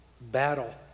battle